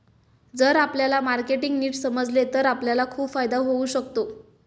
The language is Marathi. जर आपल्याला मार्केटिंग नीट समजले तर आपल्याला खूप फायदा होऊ शकतो